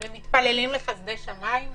מתפללים לחסדי שמים?